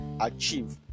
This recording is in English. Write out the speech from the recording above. achieve